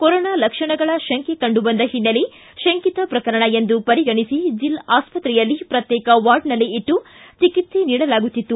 corona ಲಕ್ಷಣಗಳ ತಂಕೆ ಕಂಡು ಬಂದ ಹಿನ್ನೆಲೆ ಶಂಕಿತ ಪ್ರಕರಣ ಎಂದು ಪರಿಗಣಿಸಿ ಆಸ್ಪತ್ರೆಯಲ್ಲಿ ಪ್ರಕ್ಶೇಕ ವಾರ್ಡ್ನಲ್ಲಿ ಇಟ್ಟು ಚಿಕಿತ್ಸೆ ನೀಡಲಾಗುತ್ತಿತ್ತು